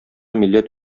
милләт